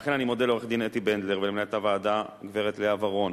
לכן אני מודה לעורכת-הדין אתי בנדלר ולמנהלת הוועדה הגברת לאה ורון,